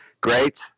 great